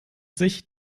sich